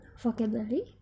vocabulary